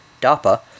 DAPA